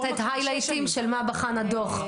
לתת היילייטים של מה בחן הדוח.